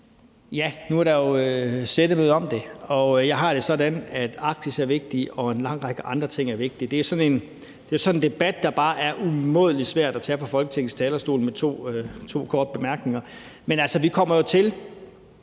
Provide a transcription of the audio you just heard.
Nu er der jo sættemøde om det, og jeg har det sådan, at Arktis er vigtig og en lang række andre ting er vigtige. Det er sådan en debat, der bare er umådelig svær at tage på Folketingets talerstol med to korte bemærkninger. Men altså, vi kommer jo til